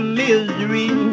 misery